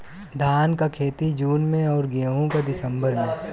धान क खेती जून में अउर गेहूँ क दिसंबर में?